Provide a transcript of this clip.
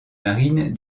marine